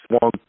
swung